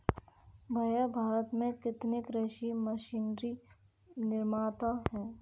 भैया भारत में कितने कृषि मशीनरी निर्माता है?